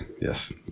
Yes